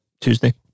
Tuesday